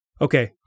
Okay